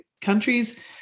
countries